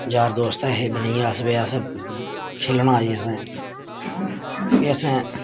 यार दोस्त ऐ हे बनी गेई अस फ्ही अस खेलना असें फ्ही असें